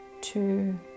two